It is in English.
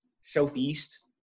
southeast